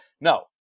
No